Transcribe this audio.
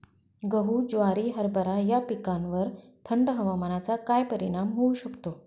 गहू, ज्वारी, हरभरा या पिकांवर थंड हवामानाचा काय परिणाम होऊ शकतो?